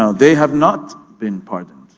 um they have not been pardoned.